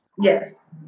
Yes